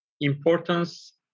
importance